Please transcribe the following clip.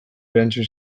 erantzun